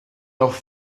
noch